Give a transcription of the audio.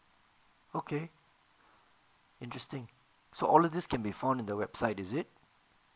okay interesting so all these can be found in the website is it